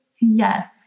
yes